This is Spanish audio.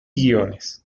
guiones